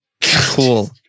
Cool